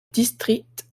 district